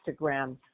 Instagram